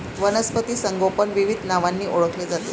वनस्पती संगोपन विविध नावांनी ओळखले जाते